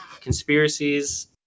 Conspiracies